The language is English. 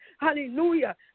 hallelujah